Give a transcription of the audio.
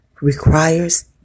requires